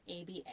ABA